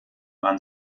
man